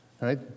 Right